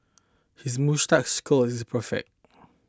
his moustache's curl is perfect